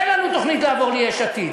אין לנו תוכנית לעבור ליש עתיד,